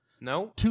No